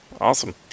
Awesome